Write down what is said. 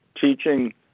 teaching